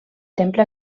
temple